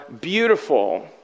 beautiful